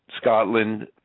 Scotland